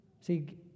See